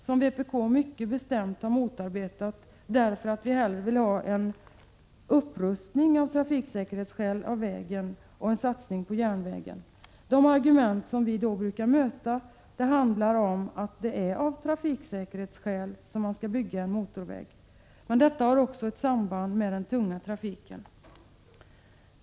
Vpk har mycket bestämt motarbetat den satsningen, därför att vi av trafiksäkerhetsskäl hellre vill se en upprustning av vägen och en satsning på järnvägen. Det argument som vi brukar möta är att det just är av trafiksäkerhetsskäl som man skall bygga en motorväg. Men detta har också ett samband med den 67 tunga trafiken.